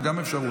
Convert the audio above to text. גם זו אפשרות.